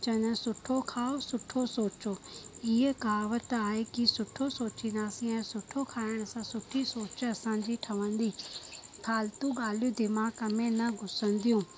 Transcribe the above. चवंदा आहिनि सुठो खाओ सुठो सोचो हीअ कहावत आहे की सुठो सोचंदासीं सुठो खाइण सां सुठी सोच असांजी ठहंदी फालतू ॻाल्हियूं दिमाग़ में न घुसंदियूं